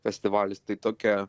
festivalis tai tokia